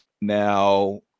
now